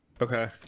Okay